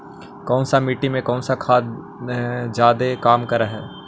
कौन सा मिट्टी मे कौन सा खाद खाद जादे काम कर हाइय?